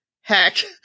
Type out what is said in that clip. Heck